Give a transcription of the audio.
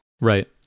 Right